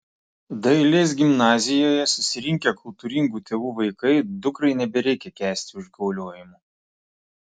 dailės gimnazijoje susirinkę kultūringų tėvų vaikai dukrai nebereikia kęsti užgauliojimų